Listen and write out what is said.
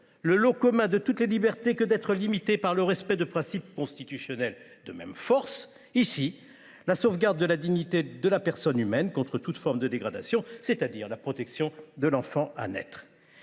le lot commun de toutes les libertés que d’être limitées par le respect de principes constitutionnels de même force – ici, la sauvegarde de la dignité de la personne humaine contre toute forme de dégradation, c’est à dire la protection de l’enfant à naître.